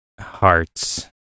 hearts